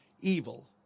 Evil